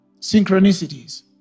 Synchronicities